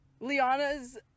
Liana's